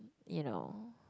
you know